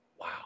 wow